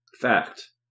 Fact